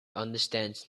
understands